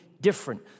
different